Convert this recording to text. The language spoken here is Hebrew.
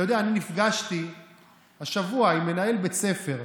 אתה יודע, אני נפגשתי השבוע עם מנהל בית ספר,